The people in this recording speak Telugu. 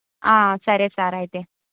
సరే సార్ అయితే